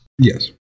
Yes